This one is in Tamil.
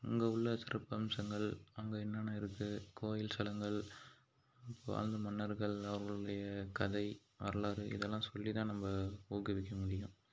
அங்கே உள்ள சிறப்பம்சங்கள் அங்கே என்னென்ன இருக்கு கோவில் ஸ்தலங்கள் அப்போ வாழ்ந்த மன்னர்கள் அவர்களுடைய கதை வரலாறு இதெல்லாம் சொல்லிதான் நம்ம ஊக்குவிக்க முடியும்